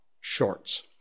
shorts